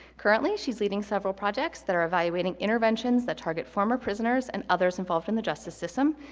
currently, she's leading several projects that are evaluating interventions that target former prisoners and others involved in the justice system.